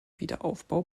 wiederaufbau